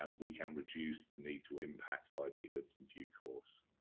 um we can reduce the need to impact livelihoods in due course.